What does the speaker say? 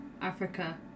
Africa